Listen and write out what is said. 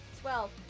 Twelve